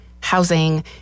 housing